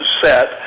set